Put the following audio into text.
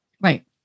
Right